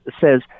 says